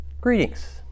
Greetings